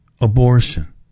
abortion